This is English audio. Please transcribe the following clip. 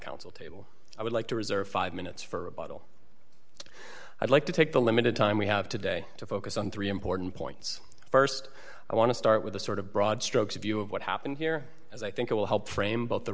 counsel table i would like to reserve five minutes for a bottle i'd like to take the limited time we have today to focus on three important points st i want to start with a sort of broad strokes view of what happened here as i think it will help frame both the